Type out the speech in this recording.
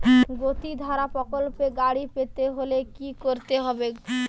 গতিধারা প্রকল্পে গাড়ি পেতে হলে কি করতে হবে?